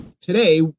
today